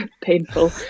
painful